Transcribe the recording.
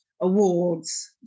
awards